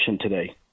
today